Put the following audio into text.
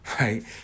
right